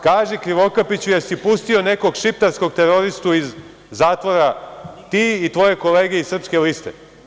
Kaži Krivokapiću, jel si pustio nekog šiptarskog teroristu iz zatvora, ti i tvoje kolege iz Srpske liste?